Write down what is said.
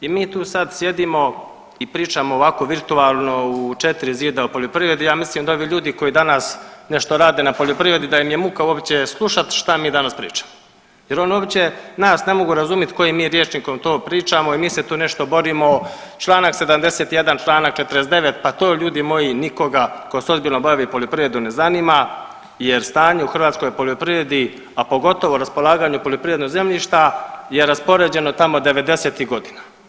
i mi tu sad sjedimo i pričamo ovako virtualno u 4 zida o poljoprivredi i ja mislim da ovi ljudi koji danas nešto rade na poljoprivredi da im je muka uopće slušat šta mi danas pričamo jer oni uopće nas ne mogu razumit kojim mi rječnikom to pričamo i mi se tu nešto borimo čl. 71., čl. 49., pa to ljudi moji nikoga ko se ozbiljno bavi poljoprivredom ne zanima jer stanje u hrvatskoj poljoprivredi, a pogotovo raspolaganju poljoprivrednog zemljišta je raspoređeno tamo '90.-tih godina.